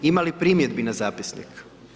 Imali li primjedbi na zapisnik?